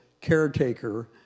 caretaker